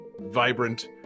vibrant